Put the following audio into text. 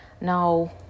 Now